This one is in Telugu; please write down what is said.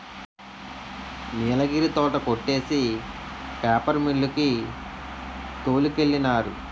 నీలగిరి తోట కొట్టేసి పేపర్ మిల్లు కి తోలికెళ్ళినారు